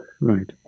right